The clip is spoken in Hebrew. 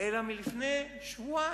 אלא מלפני שבועיים.